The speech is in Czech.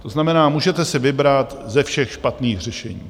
To znamená, můžete si vybrat ze všech špatných řešení.